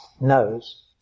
knows